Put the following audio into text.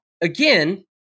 again